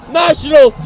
national